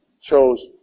chose